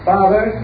Father